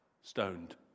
stoned